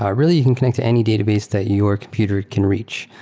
ah really, you can connect to any database that your computer can reach.